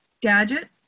Gadget